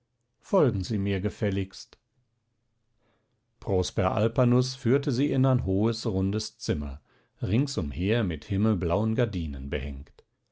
folgen sie mir gefälligst prosper alpanus führte sie in ein hohes rundes zimmer rings umher mit himmelblauen gardinen behängt